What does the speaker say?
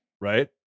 right